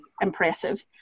impressive